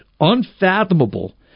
unfathomable